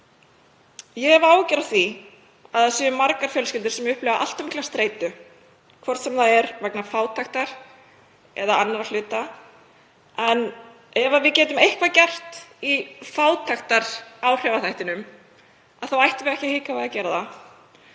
Ég hef áhyggjur af því að það séu margar fjölskyldur sem upplifi allt of mikla streitu, hvort sem það er vegna fátæktar eða annarra hluta. En ef við getum eitthvað gert í fátæktaráhrifaþættinum ættum við ekki að hika við að gera það.